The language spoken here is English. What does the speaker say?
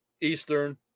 Eastern